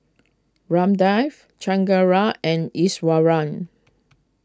Ramdev Chengara and Iswaran